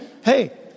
hey